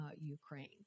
Ukraine